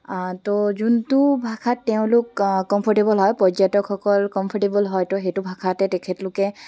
তো যোনটো ভাষাত তেওঁলোক কমফৰ্টেবল হয় পৰ্যটকসকল কম্ফৰ্টেবল হয় তো সেইটো ভাষাতে তেখেতলোকে